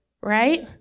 right